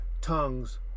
tongues